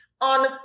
on